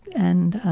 and,